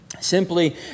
simply